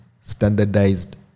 standardized